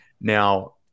Now